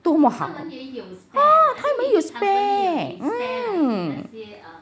多么好 um 他们有 spare mm